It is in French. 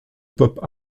pop